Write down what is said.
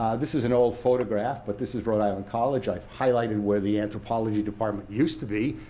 this is an old photograph, but this is rhode island college. i've highlighted where the anthropology department used to be,